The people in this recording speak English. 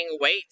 weight